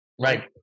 right